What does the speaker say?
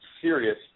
serious